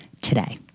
today